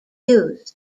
used